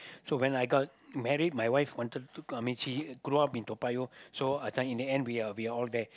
so when I got married my wife wanted to uh I mean she grew up in Toa-Payoh so uh this one in the end we all there